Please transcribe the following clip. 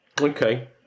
Okay